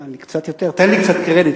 תן לי קצת קרדיט.